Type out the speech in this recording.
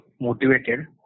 motivated